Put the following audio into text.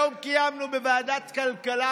היום קיימנו בוועדת הכלכלה,